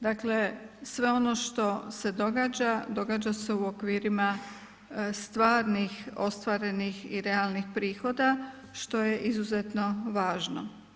Dakle sve ono što se događa događa se u okvirima stvarnih ostvarenih i realnih prihoda što je izuzetno važno.